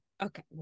Okay